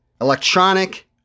electronic